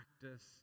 Practice